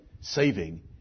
saving